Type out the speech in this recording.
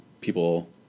people